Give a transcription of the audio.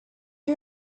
you